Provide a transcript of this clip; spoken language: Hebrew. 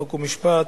חוק ומשפט,